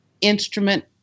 instrument